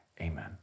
amen